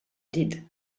did